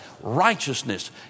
Righteousness